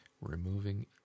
removing